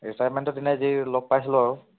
ৰিটায়াৰমেণ্টৰ দিনাই যি লগ পাইছিলোঁ আৰু